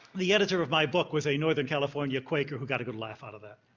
the editor of my book was a northern california quaker who got a good laugh out of that.